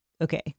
Okay